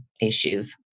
issues